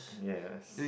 yes